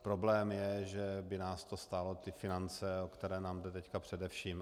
Problém je, že by nás to stálo ty finance, o které nám jde teď především.